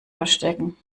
verstecken